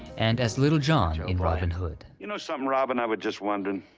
and as little john in robin hood. you know something, robin, i was just wondering.